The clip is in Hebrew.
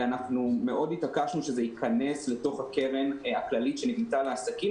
אנחנו מאוד התעקשנו שזה ייכנס לתוך הקרן הכללית שנבנתה לעסקים,